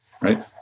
Right